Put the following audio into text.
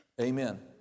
Amen